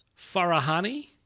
Farahani